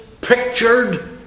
pictured